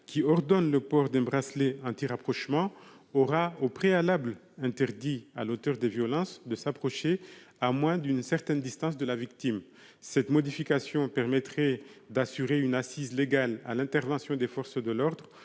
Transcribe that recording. qui ordonne le port d'un bracelet anti-rapprochement aura, au préalable, interdit à l'auteur des violences de s'approcher à moins d'une certaine distance de la victime. Cette modification permettrait d'assurer une assise légale à l'intervention des forces de l'ordre